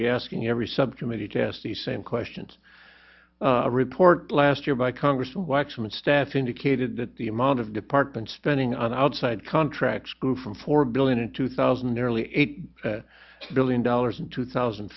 be asking every subcommittee test the same questions a report last year by congressman waxman staff indicated that the amount of departments spending on outside contracts grew from four billion in two thousand and their early eight billion dollars in two thousand